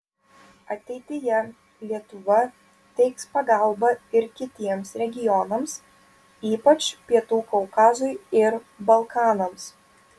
ateityje lietuva teiks pagalbą ir kitiems regionams ypač pietų kaukazui ir balkanams